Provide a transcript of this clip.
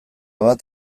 bat